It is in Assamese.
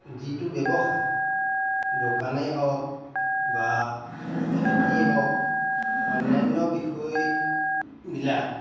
যিটো ব্যৱসায় দোকানেই হওক বা খেতিয়েই হওক অন্যান্য বিষয়বিলাক